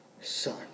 Son